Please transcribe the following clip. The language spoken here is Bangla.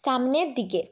সামনের দিকে